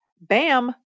Bam